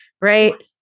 right